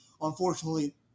unfortunately